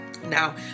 now